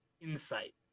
insight